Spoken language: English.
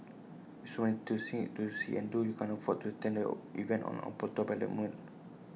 with so many to see to see and do you can't afford to attend A event on autopilot mode